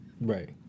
Right